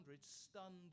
stunned